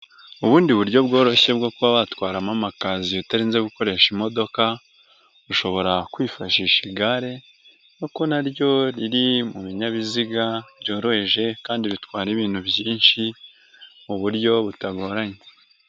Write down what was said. Ubundi buryo bworoshye bwo kuba watwaramo amakaziye utarinze gukoresha imodoka ushobora kwifashisha igare kuko naryo riri mu binyabiziga byoroheje kandi bitwara ibintu byinshi mu buryo butagoranye.